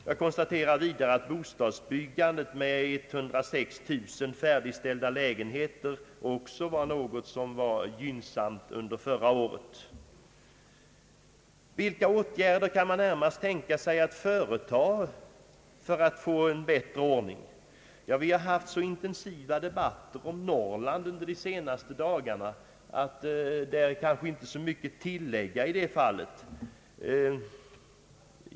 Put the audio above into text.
Jag konstaterar vidare att bostadsbyggandet visade gynnsamma siffror förra året. 106 000 lägenheter färdigställdes. Vilka åtgärder kan man närmast tänka sig för att få till stånd en bättre ordning? Vi har haft intensiva diskussioner om Norrland under de senaste dagarna, och på den punkten finns kanske inte så mycket att tillägga.